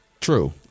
True